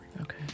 Okay